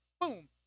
boom